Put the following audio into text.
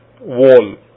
wall